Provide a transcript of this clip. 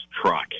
truck